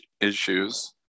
issues